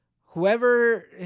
whoever